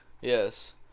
Yes